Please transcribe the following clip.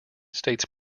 states